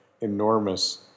enormous